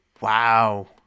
Wow